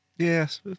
Yes